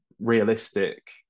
realistic